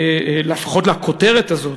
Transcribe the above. לפחות ביחס לכותרת הזאת.